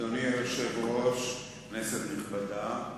אדוני היושב-ראש, כנסת נכבדה,